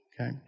okay